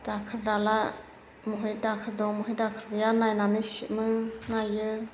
दाखोर दाला महाय दाखोर दं महाय दाखोर गैया नायनानै सिबो नायो